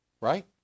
Right